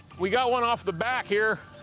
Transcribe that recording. we got one off the back here.